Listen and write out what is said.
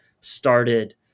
started